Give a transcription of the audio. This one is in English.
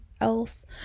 else